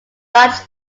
dutch